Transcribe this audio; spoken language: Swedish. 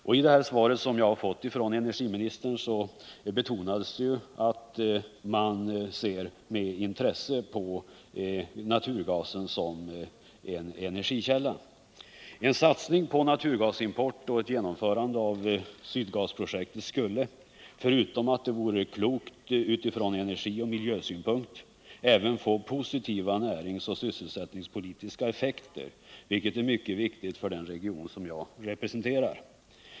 Och i svaret som jag har fått från energiministern betonas att man ser med intresse på naturgasen som energikälla. En satsning på naturgasimport och ett genomförande av Sydgasprojektet skulle, förutom att det vore klokt utifrån energioch miljösynpunkt, även få positiva näringsoch sysselsättningspolitiska effekter, vilket är mycket viktigt för den region som jag representerar.